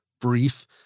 brief